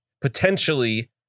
potentially